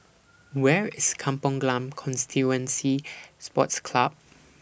Where IS Kampong Glam Constituency Sports Club